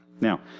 now